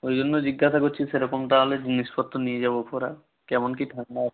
ওই জন্য জিজ্ঞাসা করছি সেরকম তাহলে জিনিসপত্র নিয়ে যাব পরার কেমন কি ঠান্ডা